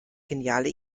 geniale